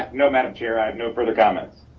ah no madam chair. i have no further comments.